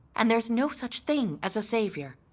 and there's no such thing as a savior.